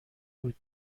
بود